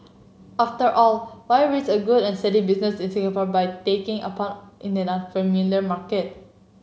after all why risk a good and steady business in Singapore by taking a punt in an unfamiliar market